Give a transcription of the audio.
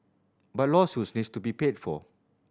but lawsuits needs to be paid for